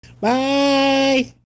Bye